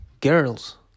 girls